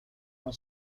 our